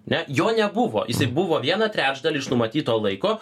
ne jo nebuvo jisai buvo vieną trečdalį iš numatyto laiko